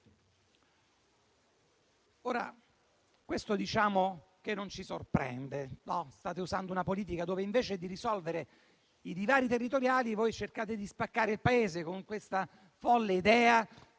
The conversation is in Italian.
voi. Questo però non ci sorprende. State usando una politica in cui, invece di risolvere i divari territoriali, cercate di spaccare il Paese con questa folle idea